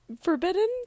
forbidden